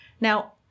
Now